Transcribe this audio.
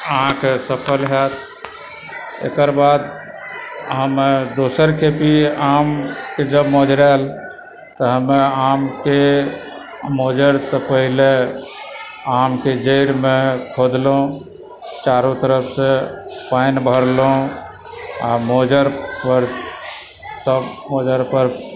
अहाँकेँ सफल होयत एकर बाद हम दोसरके भी आमके जब मोजरल तऽ हमे आमके मजरसँ पहिले आमके जड़िमे खोदलहुँ चारु तरफसे पानि भरलहुँ आ मोजर पर सभ मोजर पर